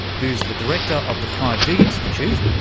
who's the director of the five d institute,